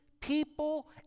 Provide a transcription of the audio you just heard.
people